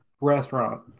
restaurant